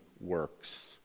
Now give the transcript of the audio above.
works